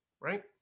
right